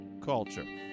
culture